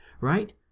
right